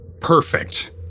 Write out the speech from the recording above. perfect